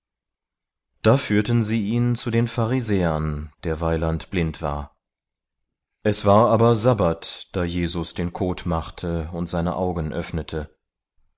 da führten sie ihn zu den pharisäern der weiland blind war es war aber sabbat da jesus den kot machte und seine augen öffnete